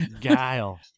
Guile